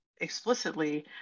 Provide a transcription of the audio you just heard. explicitly